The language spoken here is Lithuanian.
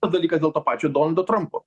dalykas dėl to pačio donaldo trampo